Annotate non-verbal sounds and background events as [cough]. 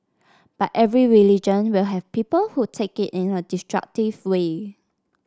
but every religion will have people who take [unintelligible] in a destructive way